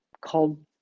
called